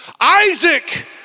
Isaac